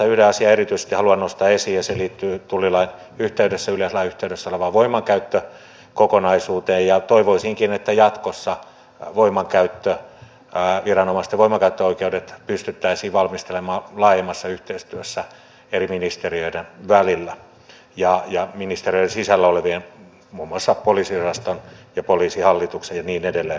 yhden asian erityisesti haluan nostaa esiin ja se liittyy tullilain yhteydessä yleislain yhteydessä olevaan voimankäyttökokonaisuuteen ja toivoisinkin että jatkossa viranomaisten voimankäyttöoikeudet pystyttäisiin valmistelemaan laajemmassa yhteistyössä eri ministeriöiden välillä ja ministeriöiden sisällä olevien muun muassa poliisiosaston ja poliisihallituksen ja niin edelleen kanssa